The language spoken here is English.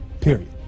period